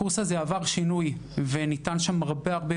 הקורס עבר שינוי וניתן שם הרבה יותר